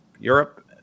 Europe